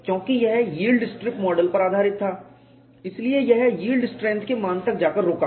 क्योंकि यह yield strip model पर आधारित था इसलिए यह यील्ड स्ट्रेंथ के मान तक जाकर रुका